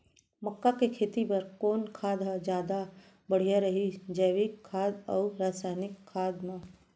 मक्का के खेती बर कोन खाद ह जादा बढ़िया रही, जैविक खाद अऊ रसायनिक खाद मा?